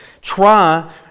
try